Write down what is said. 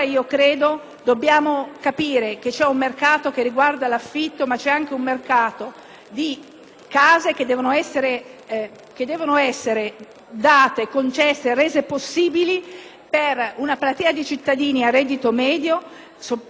case che devono essere rese fruibili per una platea di cittadini a reddito medio (giovani coppie, ad esempio) che hanno bisogno magari sui tempi lunghi, a poco a poco, di poter acquisire la casa come